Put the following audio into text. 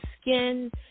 skin